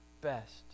best